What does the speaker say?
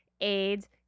AIDS